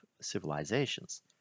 civilizations